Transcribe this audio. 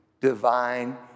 divine